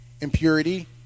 impurity